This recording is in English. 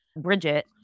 Bridget